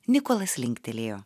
nikolas linktelėjo